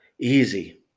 easy